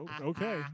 okay